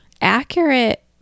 accurate